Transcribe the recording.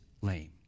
lame